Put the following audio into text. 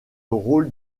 rôle